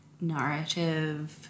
narrative